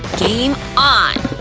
game on.